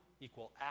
equal